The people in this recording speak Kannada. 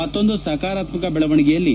ಮತ್ತೊಂದು ಸಕಾರಾತ್ಮಕ ಬೆಳವಣಿಗೆಯಲ್ಲಿ